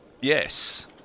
Yes